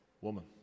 woman